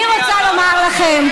אני רוצה לומר לכם,